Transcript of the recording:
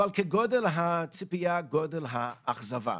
אבל, כגודל הציפייה כך גודל האכזבה.